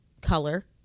color